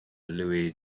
luis